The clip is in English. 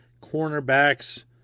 cornerbacks